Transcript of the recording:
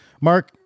Mark